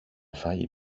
φάγει